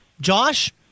Josh